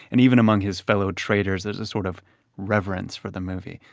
and even among his fellow traders there's a sort of reverence for the movie.